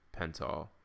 Pentol